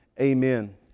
Amen